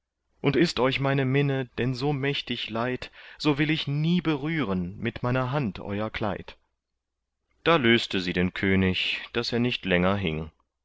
und ist euch meine minne denn so mächtig leid so will ich nie berühren mit meiner hand euer kleid da löste sie den könig daß er nicht länger hing